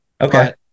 Okay